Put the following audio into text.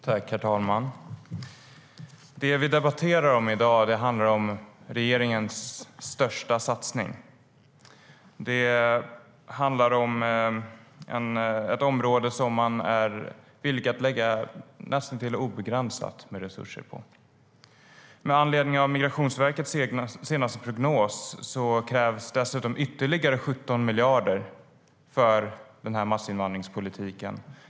Herr talman! Det vi debatterar i dag handlar om regeringens största satsning. Det handlar om ett område som man är villig att lägga näst intill obegränsat med resurser på. Med anledning av Migrationsverkets senaste prognos krävs dessutom ytterligare 17 miljarder för den här massinvandringspolitiken.